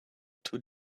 two